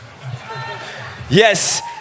yes